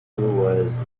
was